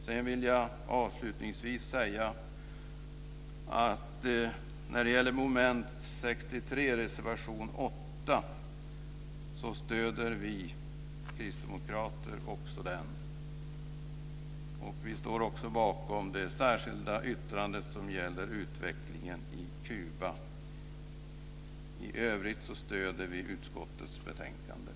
Avslutningsvis vill jag säga att när det gäller reservation 8 under mom. 63 stöder också vi kristdemokrater den reservationen. Vi står också bakom det särskilda yttrandet som gäller utvecklingen i Kuba. I övrigt stöder vi utskottets förslag i betänkandet.